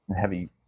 heavy